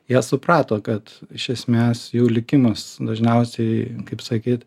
jie suprato kad iš esmės jų likimas dažniausiai kaip sakyt